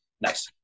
Nice